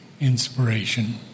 inspiration